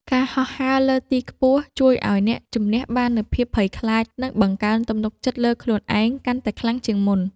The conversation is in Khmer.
ការហោះហើរលើទីខ្ពស់ជួយឱ្យអ្នកជម្នះបាននូវភាពភ័យខ្លាច និងបង្កើនទំនុកចិត្តលើខ្លួនឯងកាន់តែខ្លាំងជាងមុន។